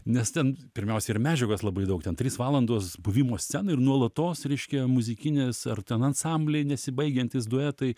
nes ten pirmiausia yra medžiagos labai daug ten trys valandos buvimo scenoj ir nuolatos reiškia muzikinės ar ten ansambliai nesibaigiantys duetai